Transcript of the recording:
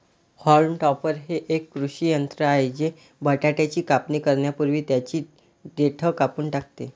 haulm topper हे एक कृषी यंत्र आहे जे बटाट्याची कापणी करण्यापूर्वी त्यांची देठ कापून टाकते